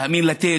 להאמין ללתת?